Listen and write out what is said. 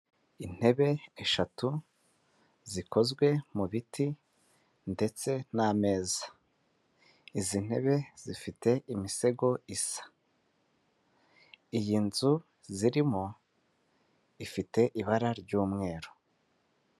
Intebe eshatu zikozwe mu biti ndetse n'ameza. Izi ntebe zifite imisego isa, iyi nzu zirimo ifite ibara ry'umweru.